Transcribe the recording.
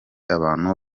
abantu